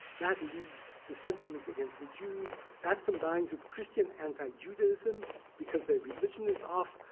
that leads to sentiments against the jews. that combines with christian anti-judaism because their religion is off.